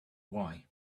why